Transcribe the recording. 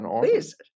Please